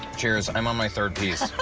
cheers. i'm on my third piece.